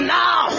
now